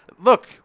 Look